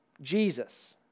Jesus